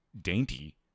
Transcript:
dainty